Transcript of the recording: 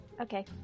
Okay